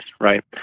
right